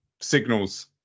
signals